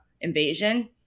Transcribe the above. invasion